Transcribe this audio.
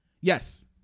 yes